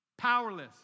Powerless